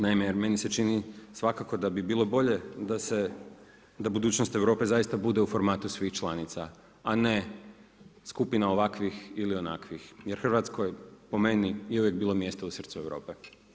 Naime, meni se čini svakako da bi bilo bolje da budućnost Europe zaista bude u formatu svih članica a ne skupina ovakvih ili onakvih jer Hrvatskoj je po meni je uvijek bilo mjesto u srcu Europe.